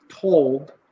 told